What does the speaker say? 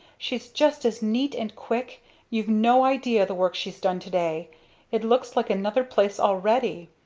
she's just as neat and quick you've no idea the work she's done today it looks like another place already.